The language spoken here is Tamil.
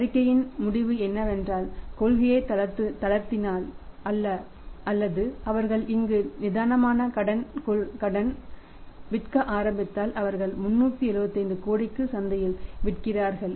அறிக்கையின் முடிவு என்னவென்றால் கொள்கையை தளர்த்தினால் அல்லது அவர்கள் இங்கு நிதானமாக கடன் விற்க ஆரம்பித்தால் அவர்கள் 375 கோடிக்கு சந்தையில் விற்கிறார்கள்